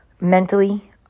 mentally